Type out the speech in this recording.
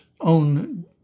own